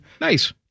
Nice